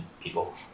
people